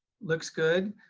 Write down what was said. looks good.